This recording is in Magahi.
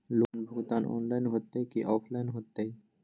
लोन भुगतान ऑनलाइन होतई कि ऑफलाइन होतई?